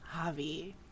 Javi